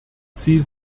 sie